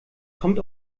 kommt